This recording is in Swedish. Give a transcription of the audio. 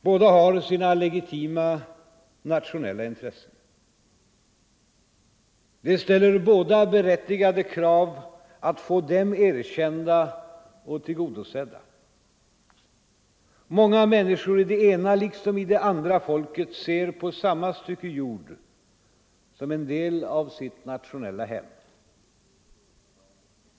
Båda har sina legitima nationella in — m.m. tressen. De ställer båda berättigade krav att få dem erkända och tillgodosedda. Många människor i det ena liksom i det andra folket ser på samma stycke jord som en del av sitt nationella hem.